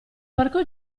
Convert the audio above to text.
parco